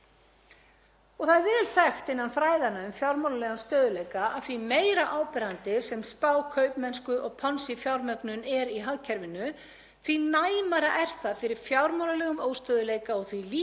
því næmari er það fyrir fjármálalegum óstöðugleika og því líklegra er að innan þess þróist innbyggðir ferlar sem ýta hagkerfinu öllu í átt að fjármálakrísu.“ Þetta eru